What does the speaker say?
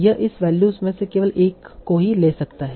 यह इन वैल्यूज में से केवल एक को ही ले सकता है